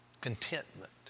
Contentment